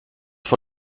vor